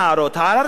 הערה ראשונה,